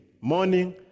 Morning